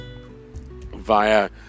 via